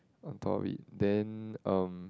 on top of it then um